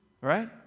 right